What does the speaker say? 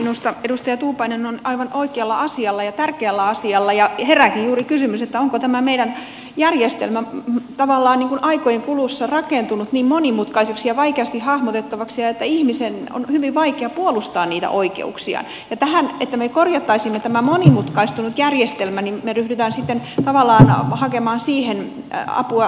minusta edustaja tuupainen on aivan oikealla asialla ja tärkeällä asialla ja herääkin juuri kysymys onko tämä meidän järjestelmämme tavallaan aikojen kulussa rakentunut niin monimutkaiseksi ja vaikeasti hahmotettavaksi että ihmisen on hyvin vaikea puolustaa niitä oikeuksiaan ja tähän että me korjaisimme tämän monimutkaistuneen järjestelmän me ryhdymme sitten tavallaan hakemaan apua valtuutettujen kautta